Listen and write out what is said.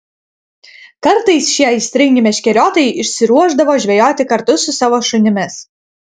kartais šie aistringi meškeriotojai išsiruošdavo žvejoti kartu su savo šunimis